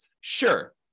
Sure